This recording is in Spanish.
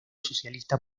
socialista